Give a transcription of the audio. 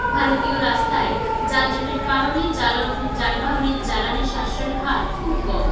ভারতীয় রাস্তায় যানজটের কারণে জ্বালনি যানবাহনের জ্বালানির সাশ্রয়ের হার খুব কম